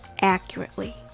accurately